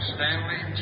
Stanley